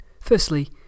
Firstly